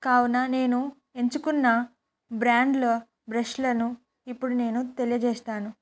కావున నేను ఎంచుకున్న బ్రాండ్ల బ్రష్లను ఇప్పుడు నేను తెలియజేస్తాను